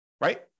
right